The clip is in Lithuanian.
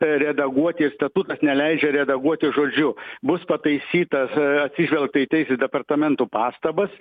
redaguoti statutas neleidžia redaguoti žodžiu bus pataisytas atsižvelgta į teisės departamento pastabas